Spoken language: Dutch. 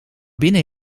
binnen